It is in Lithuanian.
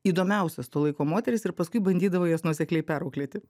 įdomiausias to laiko moteris ir paskui bandydavo jas nuosekliai perauklėti